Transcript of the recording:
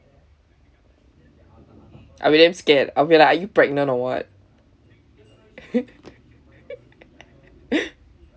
I'll be damn scared I'll be like are you pregnant or what